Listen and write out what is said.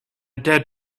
dead